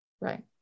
Right